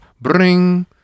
Bring